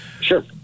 Sure